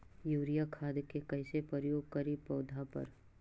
Urea खाद के कैसे प्रयोग करि पौधा पर?